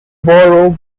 borough